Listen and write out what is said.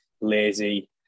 lazy